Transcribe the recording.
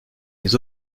les